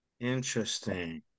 Interesting